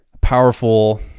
powerful